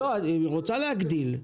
לא, היא רוצה להגדיל.